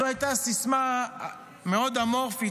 זו הייתה סיסמה מאוד אמורפית,